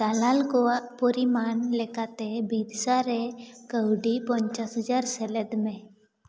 ᱫᱟᱞᱟᱞ ᱠᱚᱣᱟᱜ ᱯᱚᱨᱤᱢᱟᱱ ᱞᱮᱠᱟᱛᱮ ᱵᱤᱨᱥᱟᱨᱮ ᱠᱟᱹᱣᱰᱤ ᱯᱚᱧᱪᱟᱥ ᱦᱟᱡᱟᱨ ᱥᱮᱞᱮᱫ ᱢᱮ